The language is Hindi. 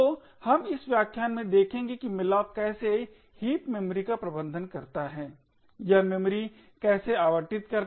तो हम इस व्याख्यान में देखेंगे कि malloc कैसे हीप मेमोरी का प्रबंधन करता है यह मेमोरी कैसे आवंटित करता है